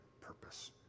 purpose